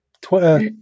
Twitter